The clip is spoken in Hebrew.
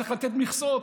צריך לתת מכסות.